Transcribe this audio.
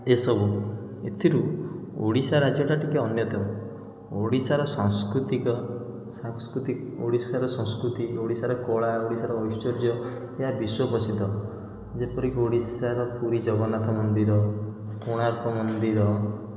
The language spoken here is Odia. ଏସବୁ ଏଥିରୁ ଓଡ଼ିଶା ରାଜ୍ୟଟା ଟିକିଏ ଅନ୍ୟତମ ଓଡ଼ିଶାର ସଂସ୍କୃତିକ ସଂସ୍କୃତି ଓଡ଼ିଶାର ସଂସ୍କୃତି ଓଡ଼ିଶାର କଳା ଓଡ଼ିଶାର ଐଶ୍ୱର୍ଯ୍ୟ ଏହା ବିଶ୍ୱ ପ୍ରସିଦ୍ଧ ଯେପରିକି ଓଡ଼ିଶାର ପୁରୀ ଜଗନ୍ନାଥ ମନ୍ଦିର କୋଣାର୍କ ମନ୍ଦିର